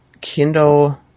Kindle